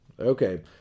okay